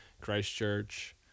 Christchurch